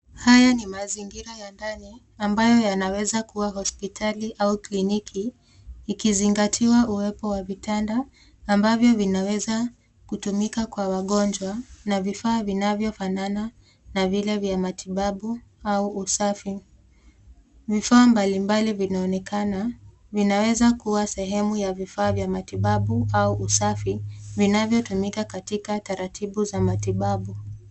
Haya ni mazingira ya ndani ambayo yanaweza kuwa hospitali au kliniki ikizingatiwa uwepo wa vitanda ambavyo vinaweza kutumika kwa wagonjwa na vifaa vinavyofanana na vile vya matibabu au usafi. Vifaa mbalimbali vinaonekana. Vinaweza kuwa sehemu ya vifaa vya matibabu au usafi vinavyotumika katika taratibu za matibabu.